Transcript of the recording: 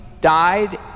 died